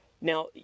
Now